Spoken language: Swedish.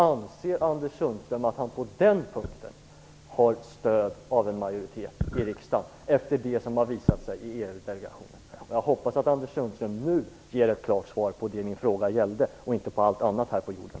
Anser Anders Sundström att han på den punkten har ett stöd av en majoritet i riksdagen efter det som har visat sig i EU delegationen? Jag hoppas att Anders Sundström nu ger ett klart svar på det min fråga gällde och inte kommenterar allt annat här på jorden.